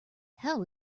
hell